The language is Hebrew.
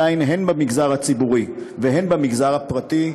הן במגזר הציבורי והן במגזר הפרטי,